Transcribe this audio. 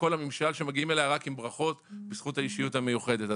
בכל הממשל שמגיעים אליה רק עם ברכות בזכות האישיות המיוחדת,